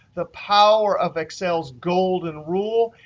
the power of excel's golden rule,